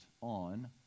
on